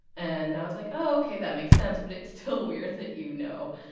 and i was like, oh, ok, that makes sense. but it's still weird that you know,